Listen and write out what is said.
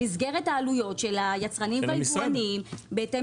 במסגרת העלויות של היצרנים והיבואנים בהתאם